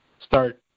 start